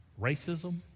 Racism